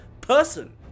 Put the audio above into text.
person